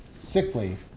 sickly